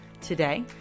Today